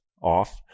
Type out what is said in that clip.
off